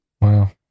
Wow